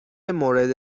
مورد